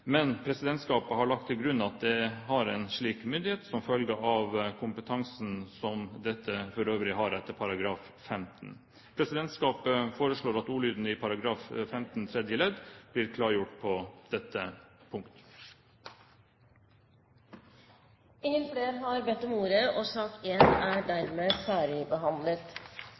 men presidentskapet har lagt til grunn at det har en slik myndighet som følge av kompetansen som det for øvrig har etter § 15. Presidentskapet foreslår at ordlyden i § 15 tredje ledd blir klargjort på dette punkt. Flere har ikke bedt om ordet til sak